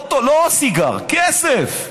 לא סיגר, כסף,